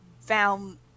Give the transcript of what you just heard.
found